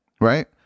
right